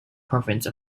province